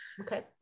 Okay